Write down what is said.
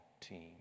team